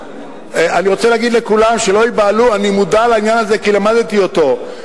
אני רוצה להגיד לכולם שלא ייבהלו: אני מודע לעניין הזה כי למדתי אותו,